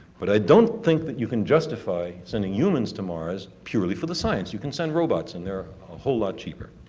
but i don't think that you can justify sending humans to mars purely for the science. you can send robots and for a whole lot cheaper.